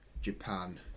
Japan